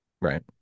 Right